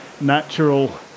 natural